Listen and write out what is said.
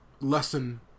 lesson